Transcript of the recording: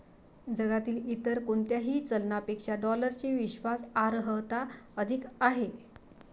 जगातील इतर कोणत्याही चलनापेक्षा डॉलरची विश्वास अर्हता अधिक आहे